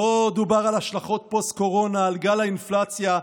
לא דובר על השלכות פוסט-קורונה, על גל האינפלציה,